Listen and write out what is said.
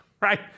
Right